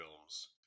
films